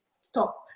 stop